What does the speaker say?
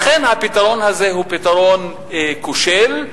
לכן הפתרון הזה הוא פתרון כושל,